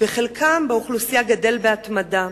וחלקם באוכלוסייה גדל בהתמדה.